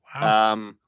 Wow